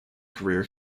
career